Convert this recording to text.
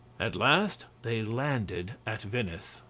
at last they landed at venice.